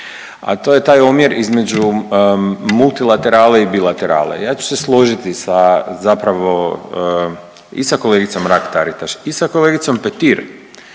a to je taj omjer između multilaterale i bilaterale. Ja ću se složiti sa zapravo i sa kolegicom Mrak Taritaš, i sa kolegicom Petir